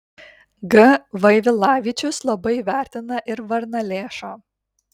g vaivilavičius labai vertina ir varnalėšą